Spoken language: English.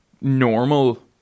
normal